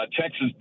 Texas